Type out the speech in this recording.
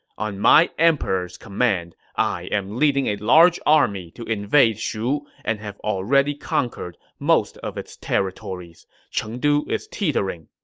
on my emperor's command, i am leading a large army to invade shu and have already conquered most of its territories. chengdu is teetering.